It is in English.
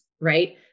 right